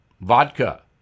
vodka